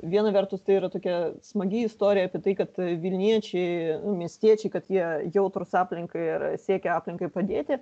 viena vertus tai yra tokia smagi istorija apie tai kad vilniečiai miestiečiai kad jie jautrūs aplinkai ir siekia aplinkai padėti